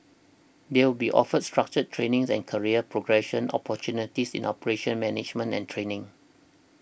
they will be offered structured training and career progression opportunities in operations management and training